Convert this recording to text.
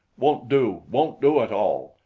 won't do. won't do at all.